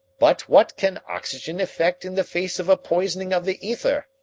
but what can oxygen effect in the face of a poisoning of the ether?